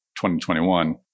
2021